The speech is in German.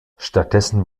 stattdessen